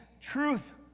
truth